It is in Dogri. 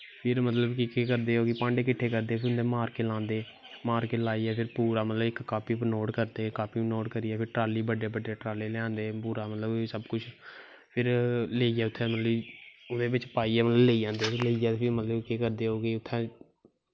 फिर केह् करदे कि भांडे किच्छे करदे ते मार्के लांदे मार्के लाईयै फिर मतलव की इक कापी पर मार्के लांदे बड्डे बड्डे टाल्ले लेआंदे मतलव कुश फिर लेईयै उत्थें मतलव की लेई जंदा लेईयै उत्थें ते केह् करदे कि मतलव उत्थें